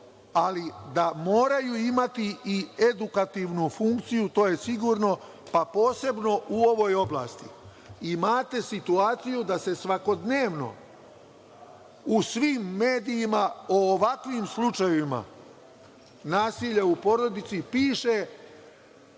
ali da moraju imati i edukativnu funkciju, to je sigurno, pa posebno u ovoj oblasti. Imate situaciju da se svakodnevno u svim medijima o ovakvim slučajevima nasilja u porodici piše